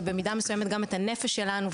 ובמידה מסויימת גם את הנפש שלנו,